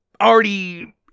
already